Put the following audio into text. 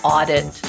Audit